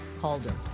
calder